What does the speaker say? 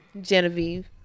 Genevieve